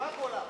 רק עולה.